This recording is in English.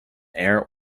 air